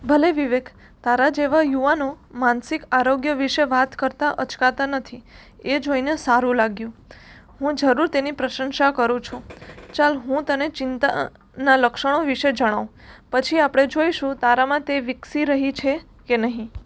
ભલે વિવેક તારા જેવા યુવાનો માનસિક આરોગ્ય વિશે વાત કરતાં અચકાતા નથી એ જોઈને સારું લાગ્યું હું જરૂર તેની પ્રશંસા કરું છું ચાલ હું તને ચિંતા ના લક્ષણો વિશે જણાવું પછી આપણે જોઈશું તારામાં તે વિકસી રહી છે કે નહીં